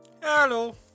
Hello